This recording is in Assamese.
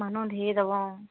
মানুহ ধেৰ যাব অঁ